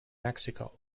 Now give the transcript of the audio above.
mexico